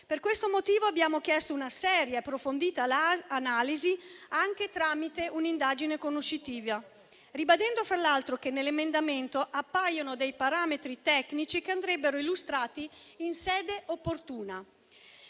Per questo motivo abbiamo chiesto una seria e approfondita analisi, anche tramite un'indagine conoscitiva, ribadendo fra l'altro che nell'emendamento appaiono parametri tecnici che andrebbero illustrati in sede opportuna.